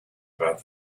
about